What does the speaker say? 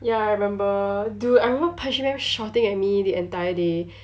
ya I remember dude I remember pajimam shouting at me the entire day